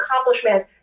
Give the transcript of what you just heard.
accomplishment